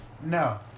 No